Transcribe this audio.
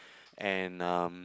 and um